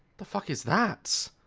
the fuck is that?